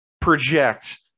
project